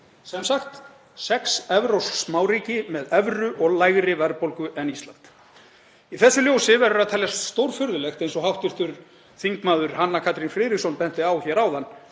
Sem sagt: Sex evrópsk smáríki með evru og lægri verðbólgu en á Íslandi. Í þessu ljósi verður að teljast stórfurðulegt, eins og hv. þm. Hanna Katrín Friðriksson benti á hér áðan,